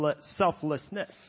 selflessness